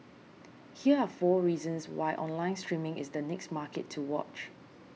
here are four reasons why online streaming is the next market to watch